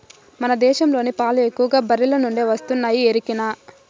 మన దేశంలోని పాలు ఎక్కువగా బర్రెల నుండే వస్తున్నాయి ఎరికనా